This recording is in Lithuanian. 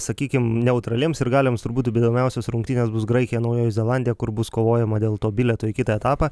sakykim neutraliems sirgaliams turbūt įdomiausios rungtynės bus graikija naujoji zelandija kur bus kovojama dėl to bilieto į kitą etapą